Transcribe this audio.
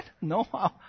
No